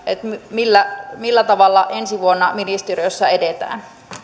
millä millä tavalla ensi vuonna ministeriössä edetään